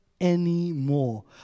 anymore